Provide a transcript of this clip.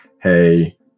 Hey